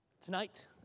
Tonight